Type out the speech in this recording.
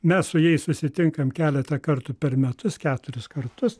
mes su jais susitinkam keletą kartų per metus keturis kartus